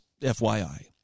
FYI